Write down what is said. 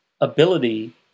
ability